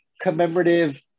commemorative